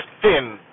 thin